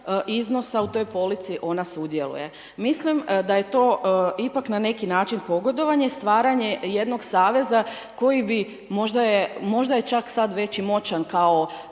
iznosa u toj polici ona sudjeluje? Mislim da je to ipak na neki način pogodovanje, stvaranje jednog saveza koji bi, možda je čak sad već i moćan kao